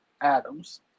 Adams